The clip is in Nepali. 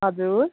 हजुर